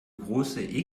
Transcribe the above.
große